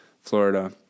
florida